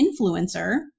influencer